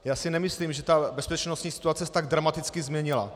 Já si nemyslím, že bezpečnostní situace se tak dramaticky změnila.